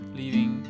leaving